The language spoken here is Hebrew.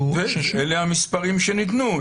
אלה המספרים שניתנו,